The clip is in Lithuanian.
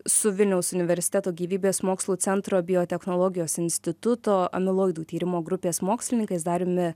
su vilniaus universiteto gyvybės mokslų centro biotechnologijos instituto amiloidų tyrimo grupės mokslininkais dariumi